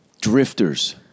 drifters